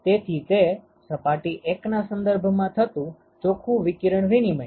તેથી તે સપાટી 1ના સંદર્ભમાં થતું ચોખ્ખું વિકિરણ વિનિમય છે